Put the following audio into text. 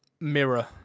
Mirror